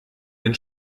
den